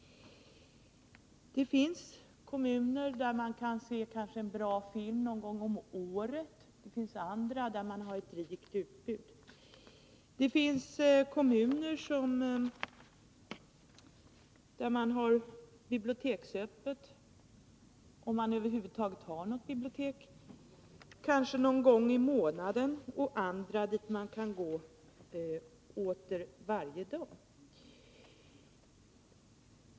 Det finns kommuner där man kan se en bra film kanske någon gång om året, det finns andra där det är ett rikt utbud. Det finns kommuner där det är biblioteksöppet — om man över huvud taget har något bibliotek — kanske någon gång i månaden, och andra där man kan gå till biblioteket varje dag.